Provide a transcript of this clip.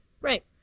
Right